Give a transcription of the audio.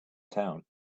town